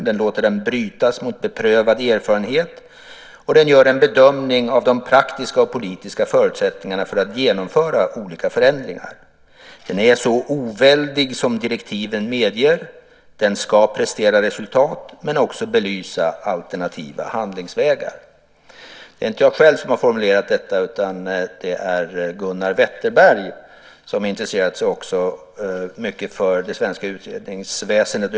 Den låter den brytas mot beprövad erfarenhet, och den gör en bedömning av de praktiska och politiska förutsättningarna för att genomföra olika förändringar. Den är så oväldig som direktiven medger. Den ska prestera resultat men också belysa alternativa handlingsvägar. Det är inte jag själv som har formulerat detta, utan det är Gunnar Wetterberg som också har intresserat sig mycket för det svenska utredningsväsendet.